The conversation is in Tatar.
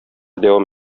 дәвам